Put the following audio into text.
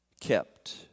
kept